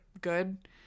good